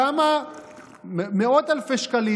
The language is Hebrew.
כמה מאות אלפי שקלים,